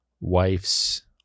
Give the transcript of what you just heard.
wife's